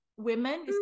women